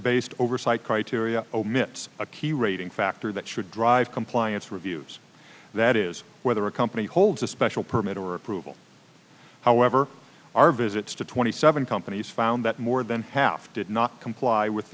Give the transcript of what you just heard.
based oversight criteria omits a key rating factor that should drive compliance reviews that is whether a company holds a special permit or approval however our visits to twenty seven companies found that more than half did not comply with